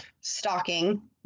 stalking